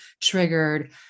triggered